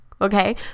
okay